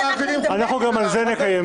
אנחנו גם על זה נקיים דיון.